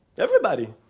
everybody.